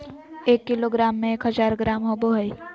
एक किलोग्राम में एक हजार ग्राम होबो हइ